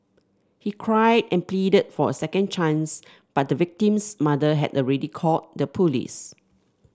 he cried and pleaded for a second chance but the victim's mother had already called the police